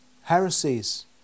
heresies